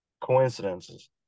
coincidences